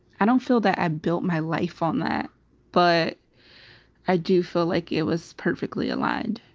i don't feel that i built my life on that but i do feel like it was perfectly aligned.